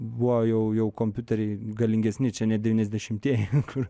buvo jau jau kompiuteriai galingesni čia ne devyniasdešimtieji kur